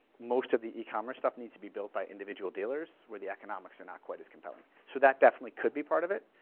most of the e-commerce stuff needs to be built by individual dealers where the economics are not quite as compelling. so that definitely could be part of it.